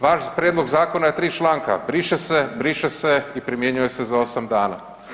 Vaš prijedlog zakona je 3 članka „briše se“, „briše se“ i „primjenjuje se za 8 dana“